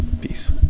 Peace